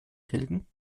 tilgen